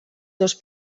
dos